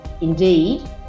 indeed